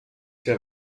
der